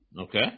Okay